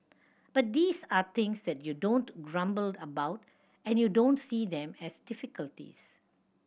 but these are things that you don't grumble about and you don't see them as difficulties